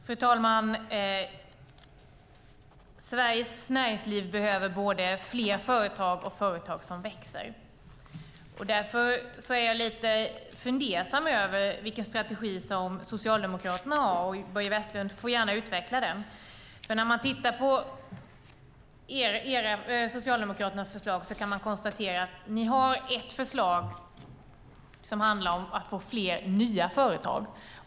Fru talman! Sveriges näringsliv behöver både fler företag och företag som växer. Därför är jag lite fundersam över vilken strategi som Socialdemokraterna har. Börje Vestlund får gärna utveckla den. När man tittar på Socialdemokraternas förslag kan man konstatera att ni har ett förslag som handlar om att skapa fler nya företag.